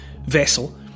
vessel